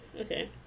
Okay